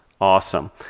awesome